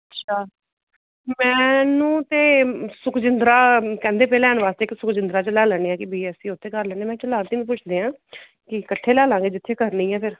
ਅੱਛਾ ਮੈਨੂੰ ਤਾਂ ਸੁਖਜਿੰਦਰਾ ਕਹਿੰਦੇ ਪਏ ਲੈਣ ਵਾਸਤੇ ਇੱਕ ਸੁਖਜਿੰਦਰਾ 'ਚ ਲੈ ਲੈਂਦੇ ਹਾਂ ਕਿ ਬੀ ਐੱਸ ਸੀ ਉੱਥੇ ਕਰ ਲੈਂਦੇ ਮੈਂ ਕਿਹਾ ਚਲੋ ਆਰਤੀ ਨੂੰ ਪੁੱਛਦੇ ਹਾਂ ਕਿ ਇਕੱਠੇ ਲੈ ਲਵਾਂਗੇ ਜਿੱਥੇ ਕਰਨੀ ਆ ਫਿਰ